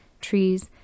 trees